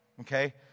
okay